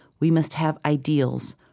we must have ideals,